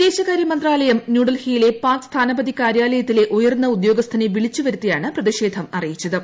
വിദേശകാര്യ മന്ത്രാലയം ന്യൂഡൽഹിയിലെ പാക് സ്ഥാനപതി കാര്യാലയത്തിലെ ഉയർന്ന ഉദ്യോഗസ്ഥനെ വിളിച്ച് വരുത്തിയാണ് പ്രതിഷേധം അറിയിച്ചത്